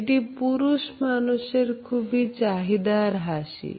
এটি পুরুষ মানুষের খুবই চাহিদার হাসি